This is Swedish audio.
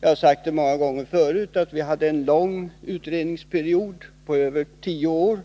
Jag har sagt många gånger förut att vi hade en lång utredningsperiod på över tio år.